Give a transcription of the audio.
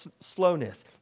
slowness